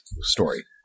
story